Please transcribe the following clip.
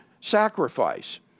sacrifice